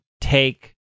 take